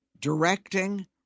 Directing